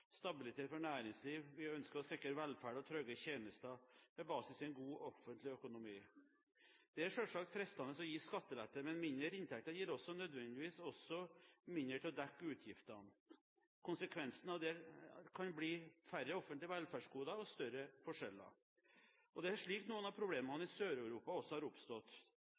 stabilitet for næringslivet. Vi ønsker å sikre velferd og trygge tjenester med basis i en god offentlig økonomi. Det er selvsagt fristende å gi skattelette, men mindre inntekter gir nødvendigvis også mindre til å dekke utgiftene. Konsekvensen av det kan bli færre offentlige velferdsgoder og større forskjeller. Det er slik noen av problemene i Sør-Europa har oppstått.